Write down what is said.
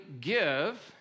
give